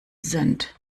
sind